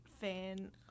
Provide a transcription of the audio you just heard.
Fan